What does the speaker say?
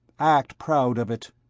act proud of it!